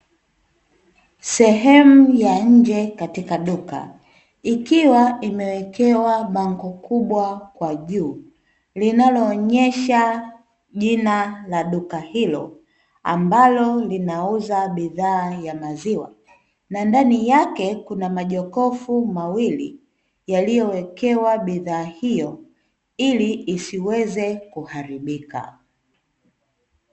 Sehemu ya nje katika duka, ikiwa imewekewa bango kubwa kwa juu linaloonyesha jina la duka hilo, ambalo linauza bidhaa ya maziwa na ndani yake kuna majokofu mawili yaliyowekewa bidhaa hiyo ili isiweze kuharibika.